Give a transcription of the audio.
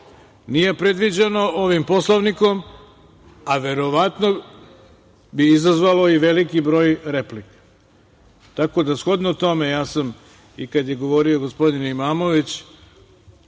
Nije predviđeno ovim Poslovnikom, a verovatno bi izazvalo i veliki broj replika. Tako da shodno tome, ja sam i kada je govorio gospodin Imamović,